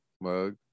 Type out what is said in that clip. mug